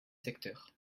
secteurs